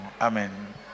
Amen